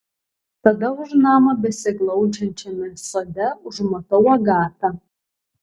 tada už namo besiglaudžiančiame sode užmatau agatą